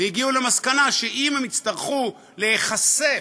והגיעו למסקנה שאם הן יצטרכו להיחשף,